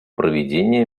проведения